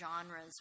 genres